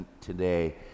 today